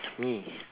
me